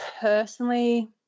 personally